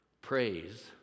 praise